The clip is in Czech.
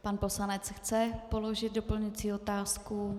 Pan poslanec chce položit doplňující otázku.